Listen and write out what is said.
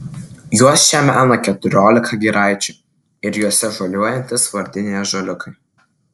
juos čia mena keturiolika giraičių ir jose žaliuojantys vardiniai ąžuoliukai